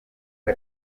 aka